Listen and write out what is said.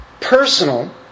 personal